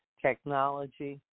technology